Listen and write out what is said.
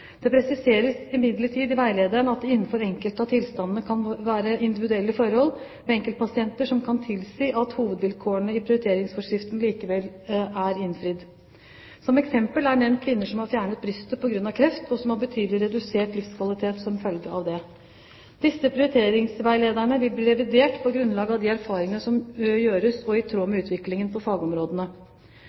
Det presiseres imidlertid i veilederen at det innenfor enkelte av tilstandene kan være individuelle forhold ved enkeltpasienter som kan tilsi at hovedvilkårene i prioriteringsforskriften likevel er innfridd. Som eksempel er nevnt kvinner som har fjernet brystet på grunn av kreft, og som har betydelig redusert livskvalitet som følge av det. Disse prioriteringsveilederne vil bli revidert på grunnlag av de erfaringene som gjøres, og i tråd med utviklingen på fagområdene.